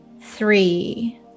three